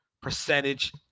percentage